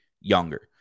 younger